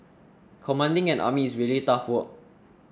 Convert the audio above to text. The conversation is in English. commanding an army is really tough work